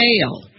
fail